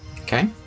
Okay